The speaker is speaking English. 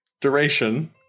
duration